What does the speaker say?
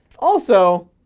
also.